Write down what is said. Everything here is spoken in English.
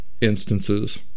instances